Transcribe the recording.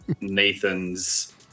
Nathan's